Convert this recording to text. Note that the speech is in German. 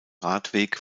radweg